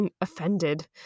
offended